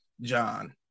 John